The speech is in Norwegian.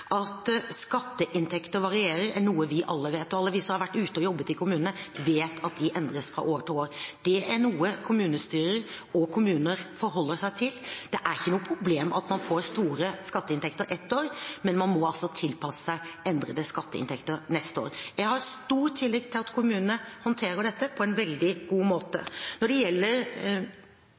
At skatteinntekter varierer, er noe vi alle vet, og alle vi som har vært ute i kommunene og jobbet, vet at de endres fra år til år. Det er noe kommunestyrer og kommuner forholder seg til. Det er ikke noe problem at man får store skatteinntekter ett år, men man må altså tilpasse seg endrede skatteinntekter neste år. Jeg har stor tillit til at kommunene håndterer dette på en veldig god måte. Når det gjelder